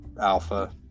Alpha